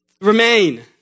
Remain